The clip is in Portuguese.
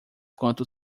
quanto